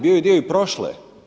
Bio je dio i prošle.